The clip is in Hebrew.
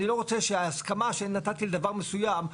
אני לא רוצה שההסכמה שנתתי לדבר מסוים,